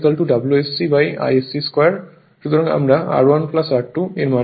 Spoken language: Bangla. সুতরাং আমরা R1 R2 এর মান পাব